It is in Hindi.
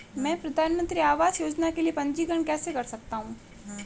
मैं प्रधानमंत्री आवास योजना के लिए पंजीकरण कैसे कर सकता हूं?